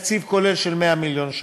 בתקציב כולל של 100 מיליון שקל.